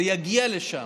זה יגיע לשם.